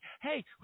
hey